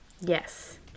Yes